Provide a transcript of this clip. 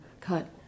cut